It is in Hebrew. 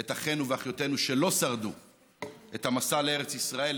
את אחינו ואחיותינו שלא שרדו במסע לארץ ישראל,